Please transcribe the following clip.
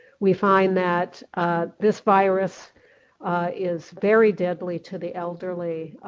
we find that this virus is very deadly to the elderly.